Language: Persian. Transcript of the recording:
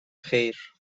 خیر